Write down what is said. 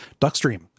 DuckStream